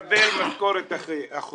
אני